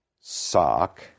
sock